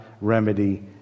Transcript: remedy